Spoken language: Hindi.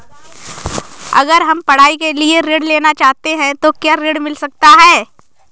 अगर हम पढ़ाई के लिए ऋण लेना चाहते हैं तो क्या ऋण मिल सकता है?